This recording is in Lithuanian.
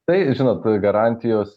tai žinot kur garantijos